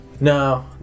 No